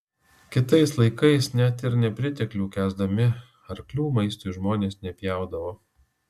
kitais laikais net ir nepriteklių kęsdami arklių maistui žmonės nepjaudavo